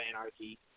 Anarchy